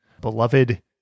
beloved